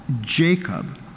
Jacob